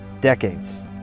decades